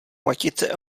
matice